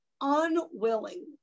unwilling